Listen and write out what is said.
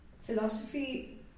philosophy